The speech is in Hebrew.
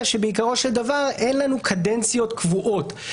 שבעיקרו של דבר אין לנו קדנציות קבועות.